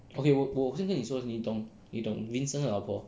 okay 我先跟你说你懂你懂 vincent 的老婆